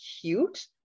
cute